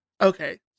okay